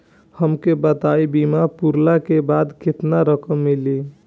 हमके ई बताईं बीमा पुरला के बाद केतना रकम मिली?